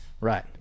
Right